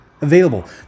available